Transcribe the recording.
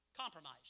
Compromise